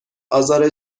آزار